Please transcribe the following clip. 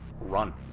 run